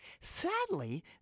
Sadly